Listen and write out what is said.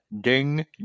Ding